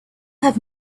have